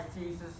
Jesus